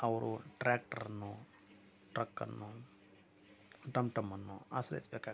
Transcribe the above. ಅವರು ಟ್ರ್ಯಾಕ್ಟ್ರನ್ನು ಟ್ರಕ್ಕನ್ನು ಟಮ್ಟಮ್ಮನ್ನು ಆಶ್ರಯಿಸಬೇಕಾಗತ್ತೆ